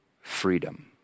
freedom